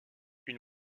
une